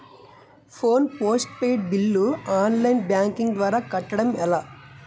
Phone postpaid bill online banking ద్వారా కట్టడం ఎలా?